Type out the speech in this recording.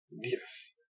Yes